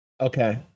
Okay